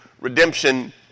redemption